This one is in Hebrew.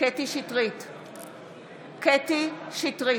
קטי קטרין שטרית,